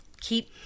keep